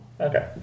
Okay